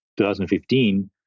2015